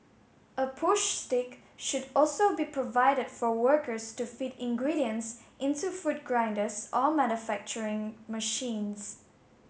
a push stick should also be provided for workers to feed ingredients into food grinders or manufacturing machines